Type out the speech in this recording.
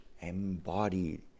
embody